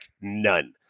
none